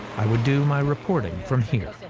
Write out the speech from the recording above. i would do my reporting from here.